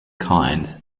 kind